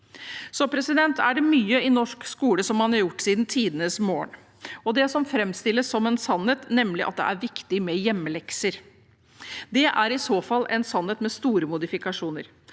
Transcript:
der ute. Det er mye i norsk skole som man har gjort siden tidenes morgen. Det som framstilles som en sannhet, nemlig at det er viktig med hjemmelekser, er i så fall en sannhet med store modifikasjoner.